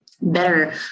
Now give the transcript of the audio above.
better